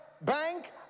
bank